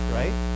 right